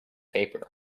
paper